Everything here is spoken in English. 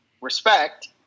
respect